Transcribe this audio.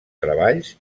treballs